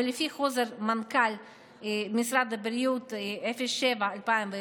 ולפי חוזר מנכ"ל משרד הבריאות 07/2011,